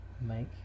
Mike